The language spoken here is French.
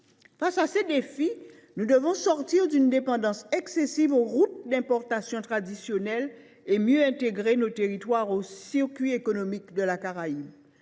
Face à ces défis, nous devons sortir d’une dépendance excessive aux routes d’importation traditionnelles et mieux intégrer nos territoires aux circuits économiques de la Caraïbe.